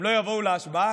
הם לא יבוא להשבעה?